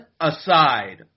aside